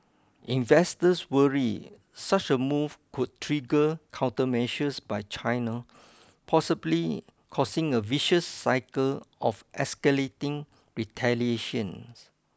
investors worry such a move could trigger countermeasures by China possibly causing a vicious cycle of escalating retaliation